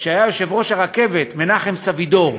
שהיה יושב-ראש הרכבת, מנחם סבידור.